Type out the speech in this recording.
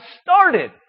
started